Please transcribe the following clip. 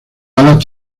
alas